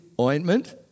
ointment